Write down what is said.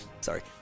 sorry